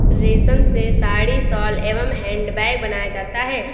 रेश्म से साड़ी, शॉल एंव हैंड बैग बनाया जाता है